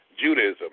Judaism